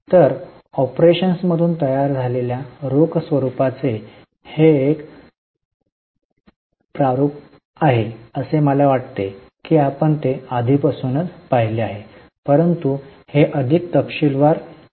तर ऑपरेशन्समधून तयार झालेल्या रोख स्वरुपाचे हे एक प्रारूप आहे असे मला वाटते की आपण ते आधीपासूनच पाहिले आहे परंतु हे अधिक तपशीलवार आहे